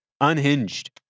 unhinged